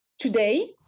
Today